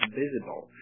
visible